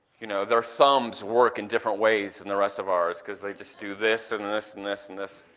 you know, their thumbs work in different ways than the rest of ours because they just do this, and this, and this, and this,